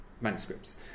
manuscripts